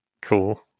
Cool